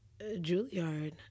Juilliard